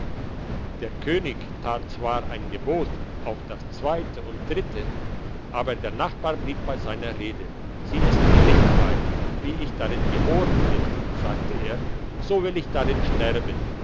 der könig tat zwar ein gebot auch das zweite und dritte aber der nachbar blieb bei seiner rede sie ist mir nicht feil wie ich darin geboren bin sagte er so will ich darin sterben